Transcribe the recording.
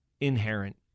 inherent